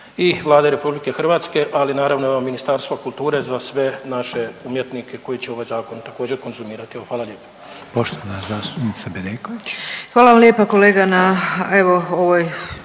i Vlade Republike Hrvatske, ali naravno i Ministarstva kulture za sve naše umjetnike koji će ovaj zakon također konzumirati. Evo hvala lijepa.